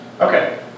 Okay